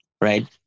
right